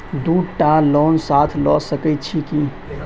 दु टा लोन साथ लऽ सकैत छी की?